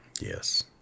yes